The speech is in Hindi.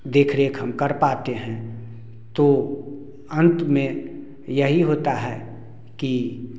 देख रेख हम कर पाते है तो अंत में यही होता है कि